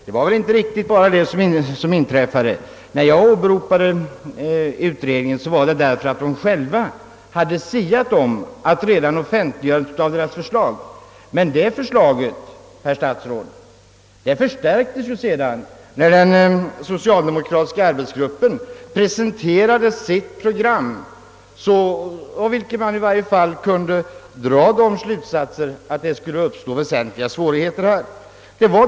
Det var väl inte bara det som inträffade. När jag åberopade utredningen, var det därför att den själv hade siat om att offentliggörandet skulle leda till dagens situation. Men det förslaget, herr statsråd, förstärktes sedan när den socialdemokratiska arbetsgruppen presenterade sitt program, av vilket man kunde dra den slutsatsen att det skulle föranleda väsentliga ekonomiska svårigheter för mjölkproducenterna.